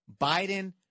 Biden